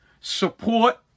support